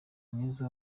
mwiza